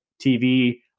TV